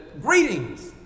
greetings